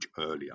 earlier